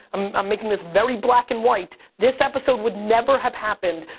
um i'm making this very black and white. this episode would never have happened,